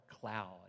cloud